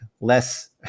less